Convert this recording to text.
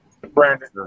Brandon